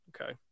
okay